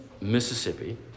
Mississippi